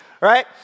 right